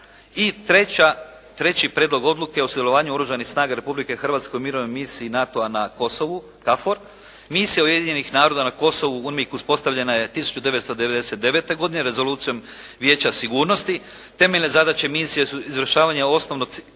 I treći Prijedlog odluke o sudjelovanju Oružanih snaga Republike Hrvatske u Mirovnoj misiji NATO-a na Kosovu KFOR. Misija Ujedinjenih naroda na Kosovu UNMIK uspostavljena je 1999. godine Rezolucijom Vijeća sigurnosti. Temeljne zadaće misije su izvršavanje osnovnih civilnih